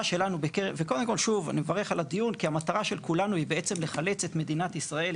של כולנו היא בעצם לחלץ את מדינת ישראל,